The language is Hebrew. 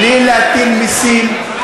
בלי להטיל מסים,